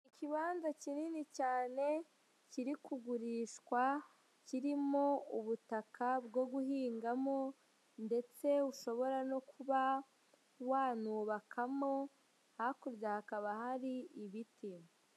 Ikibanza kinini cyane kiri kugurishwa kirimo ubutaka bwo guhingamo ndetse ushobora no kuba wanubakamo hakurya hakaba hari ibiti.